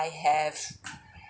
I have